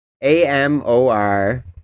A-M-O-R